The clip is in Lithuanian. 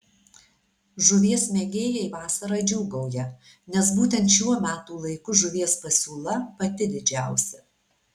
žuvies mėgėjai vasarą džiūgauja nes būtent šiuo metų laiku žuvies pasiūla pati didžiausia